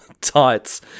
tights